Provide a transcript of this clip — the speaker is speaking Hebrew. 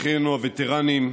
אורחינו הווטרנים,